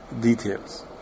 details